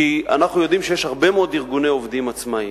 כי אנחנו יודעים שיש הרבה מאוד ארגוני עובדים עצמאים,